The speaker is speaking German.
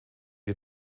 die